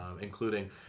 including